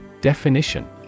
definition